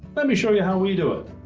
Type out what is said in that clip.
let me show you how we do it.